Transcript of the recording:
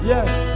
Yes